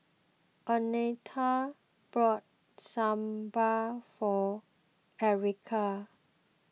oneta bought Sambar for Erika